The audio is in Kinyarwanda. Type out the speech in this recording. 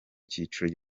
cyiciro